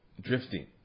drifting